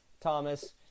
Thomas